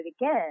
again